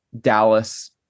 Dallas